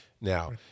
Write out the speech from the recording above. now